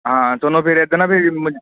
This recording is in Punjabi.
ਹਾਂ ਤੁਹਾਨੂੰ ਫਿਰ ਇੱਦਾਂ ਨਾ ਫਿਰ ਮ